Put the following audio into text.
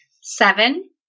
Seven